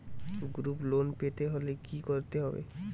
Group loan পেতে হলে কি করতে হবে?